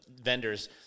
vendors